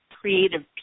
creative